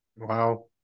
Wow